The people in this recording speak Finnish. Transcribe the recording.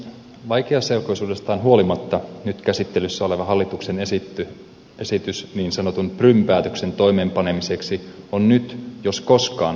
vaikeaselkoisuudestaan huolimatta nyt käsittelyssä oleva hallituksen esitys niin sanotun prum päätöksen toimeenpanemiseksi on nyt jos koskaan ajankohtaisempi kuin ennen